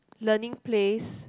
learning place